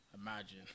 imagine